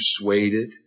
persuaded